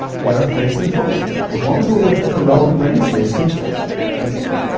they are fixed in total. well, as long as we're within the relevant range, they stay fixed. no change,